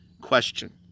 question